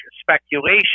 speculation